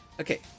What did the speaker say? Okay